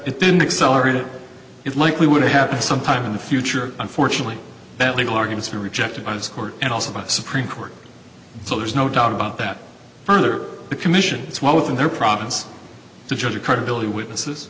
it didn't excel or did it likely would happen sometime in the future unfortunately that legal arguments are rejected by the court and also by the supreme court so there's no doubt about that further the commission is well within their province to judge the credibility of witnesses